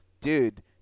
Dude